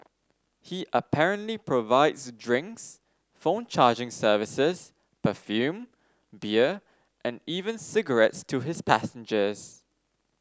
he apparently provides drinks phone charging services perfume beer and even cigarettes to his passengers